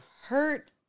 hurt